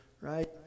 right